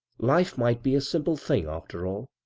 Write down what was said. life might be a simple thing, after all.